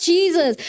Jesus